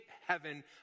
heaven